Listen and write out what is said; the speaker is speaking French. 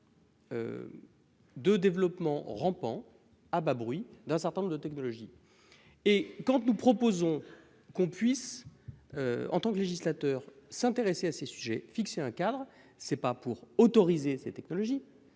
De développement rampant à bas bruit d'un certain nombre de technologies. Et quand nous proposons qu'on puisse. En tant que législateur, s'intéresser à ces sujets fixer un cadre c'est pas pour autoriser ces technologies.